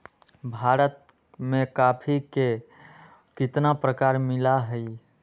भारत में कॉफी के कितना प्रकार मिला हई?